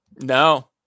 no